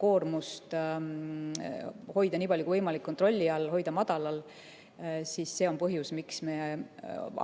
koormust hoida nii palju kui võimalik kontrolli all, hoida madalal, siis see on põhjus, miks me